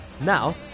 Now